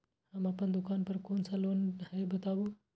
हम अपन दुकान पर कोन सा लोन हैं बताबू?